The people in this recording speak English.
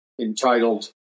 entitled